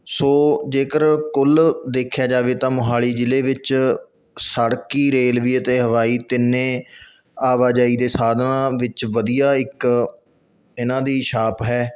ਸੋ ਜੇਕਰ ਕੁੱਲ ਦੇਖਿਆ ਜਾਵੇ ਤਾਂ ਮੋਹਾਲੀ ਜ਼ਿਲ੍ਹੇ ਵਿੱਚ ਸੜਕੀ ਰੇਲਵੇ ਅਤੇ ਹਵਾਈ ਤਿੰਨੇ ਆਵਾਜਾਈ ਦੇ ਸਾਧਨਾਂ ਵਿੱਚ ਵਧੀਆ ਇੱਕ ਇਹਨਾਂ ਦੀ ਛਾਪ ਹੈ